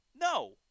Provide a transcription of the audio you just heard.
no